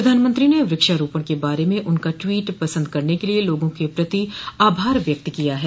प्रधानमंत्री ने वृक्षारोपण के बारे में उनका ट्वीट पसंद करने के लिए लोगों के प्रति आभार व्यक्त किया है